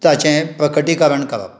ताचें प्रकटीकरण करप